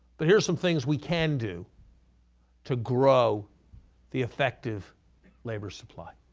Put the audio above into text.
but here's some things we can do to grow the effective labor supply.